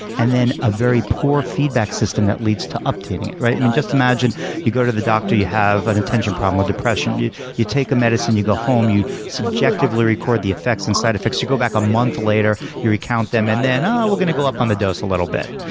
and then a very poor feedback system that leads to updating it. right? just imagine you go to the doctor you have an attention problem or depression you you take a medicine you go home you subjectively record the effects and side effects you go back a month later you recount them. and then ah we're going to go up on the dose a little bit.